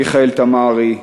מיכאל תמרי,